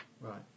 Right